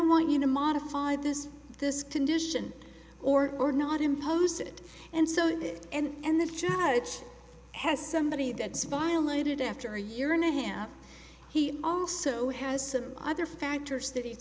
want you to modify this this condition or or not impose it and so that and the judge has somebody that's violated after a year and a him he also has some other factors